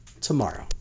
tomorrow